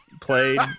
played